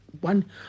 one